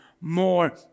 more